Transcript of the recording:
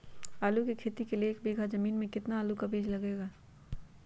आलू की खेती के लिए एक बीघा जमीन में कितना आलू का बीज लगेगा?